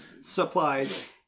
Supplies